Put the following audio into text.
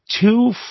two